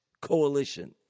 coalition